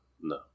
No